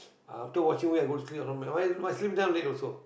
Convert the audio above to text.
ah after watching movie I go to sleep my my sleeping time late also